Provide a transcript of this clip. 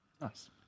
Nice